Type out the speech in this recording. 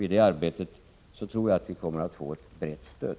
I detta arbete tror jag att vi kommer att få ett brett stöd.